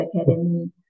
academy